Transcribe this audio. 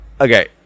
Okay